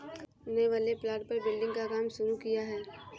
नए वाले प्लॉट पर बिल्डिंग का काम शुरू किया है